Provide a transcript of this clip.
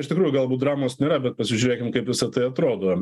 iš tikrųjų galbūt dramos nėra bet pasižiūrėkim kaip visa tai atrodo